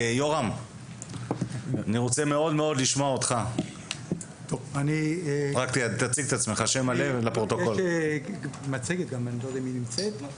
אני שמח לספר קצת יותר על האקדמיה ועל המצב הנוכחי כיום.